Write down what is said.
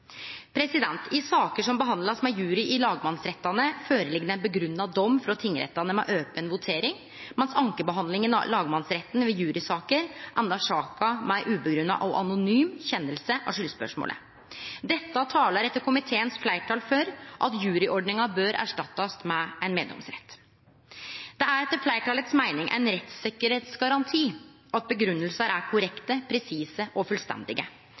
I saker som blir behandla med jury i lagmannsrettane, føreligg ein grunngjeven rett frå tingrettane med open votering, medan ankebehandlinga av lagmannsretten i jurysaker endar saka med ei ikkje grunngjeven og anonym rettsavgjerd av skuldspørsmålet. Dette talar etter komiteens fleirtal for at juryordninga bør erstattast med ein meddomsrett. Det er etter fleirtalets meining ein rettssikkerheitsgaranti at grunngjevingar er korrekte, presise og fullstendige.